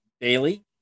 daily